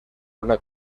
una